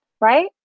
right